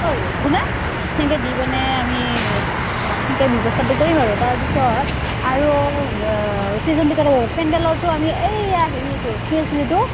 বাৰু শুনে সেকে দি পানে আমি অঁ সেকে ব্যৱস্থাটো কৰিম বাৰু তাৰপিছত আৰু ছিজন পেণ্ডেলৰটো আমি এইয়া হেৰি এইটো